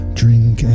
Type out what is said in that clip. drink